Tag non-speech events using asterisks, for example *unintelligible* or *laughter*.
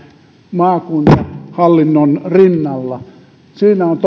maakuntahallinnon rinnalla siinä on *unintelligible*